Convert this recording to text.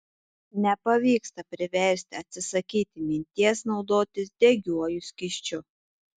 nepavyksta priversti atsisakyti minties naudotis degiuoju skysčiu